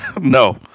No